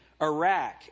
Iraq